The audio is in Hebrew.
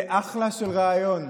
זה אחלה רעיון.